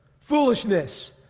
foolishness